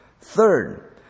Third